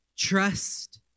Trust